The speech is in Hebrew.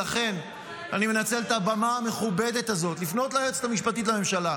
ולכן אני מנצל את הבמה המכובדת הזאת לפנות ליועצת המשפטית לממשלה,